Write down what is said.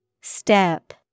Step